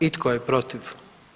I tko je protiv?